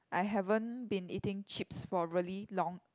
I haven't been eating chips for really long